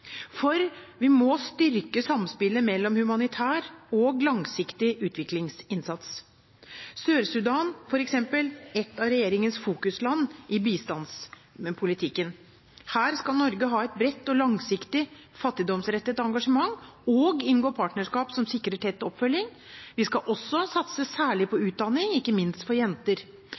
For vi må styrke samspillet mellom humanitær og langsiktig utviklingsinnsats – f.eks. Sør-Sudan, ett av regjeringens fokusland i bistandspolitikken. Her skal Norge ha et bredt, langsiktig og fattigdomsrettet engasjement og inngå partnerskap som sikrer tett oppfølging. Vi skal også satse særlig på